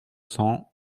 cents